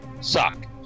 suck